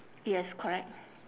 yes correct